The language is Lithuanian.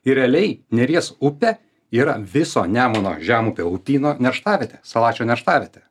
ir realiai neries upė yra viso nemuno žemupio upyno nerštavietė salačio nerštavietė